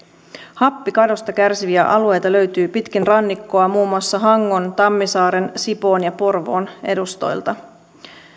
happikadosta kärsiviä alueita löytyy pitkin rannikkoa muun muassa hangon tammisaaren sipoon ja porvoon edustoilta